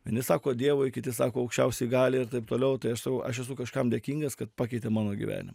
vieni sako dievui kiti sako aukščiausiai galiai ir taip toliau tai esu aš esu kažkam dėkingas kad pakeitė mano gyvenimą